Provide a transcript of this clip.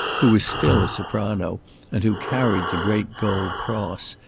who was still a soprano and who carried the great gold cross,